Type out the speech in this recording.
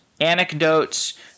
anecdotes